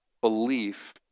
belief